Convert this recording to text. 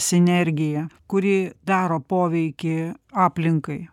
sinergiją kuri daro poveikį aplinkai